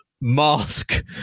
mask